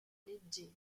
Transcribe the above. leggera